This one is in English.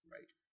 right